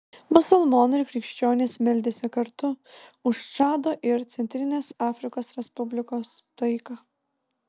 musulmonai ir krikščionys meldėsi kartu už čado ir centrinės afrikos respublikos taiką